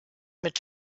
mit